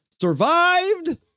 survived